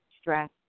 stress